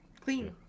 Clean